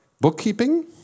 bookkeeping